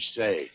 say